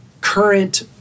current